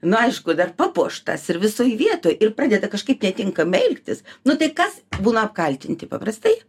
nu aišku dar papuoštas ir visoj vietoj ir pradeda kažkaip netinkamai elgtis nu tai kas būna apkaltinti paprastai